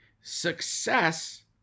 Success